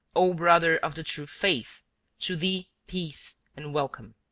o brother of the true faith to thee peace and welcome,